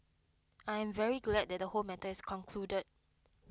I am very glad that the whole matter is concluded